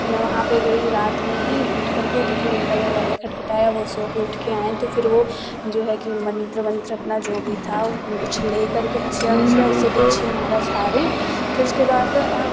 तो मैं वहाँ पर गई रात में ही उठ कर के तो फिर उनका दरवाज़ा खट खटाया वो सो के उठ कर के आए तो फिर वो जो हैं कि मंत्र वंत्र अपना जो भी था कुछ ले कर के हाश किया वश किया उससे बिच्छू हमारा झाड़ें फिर उसके बाद